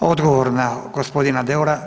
Odgovor na gospodina Deura.